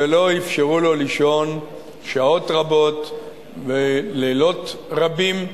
ולא אפשרו לו לישון שעות רבות ולילות רבים.